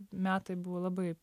metai buvo labai